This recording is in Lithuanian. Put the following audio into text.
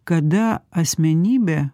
kada asmenybė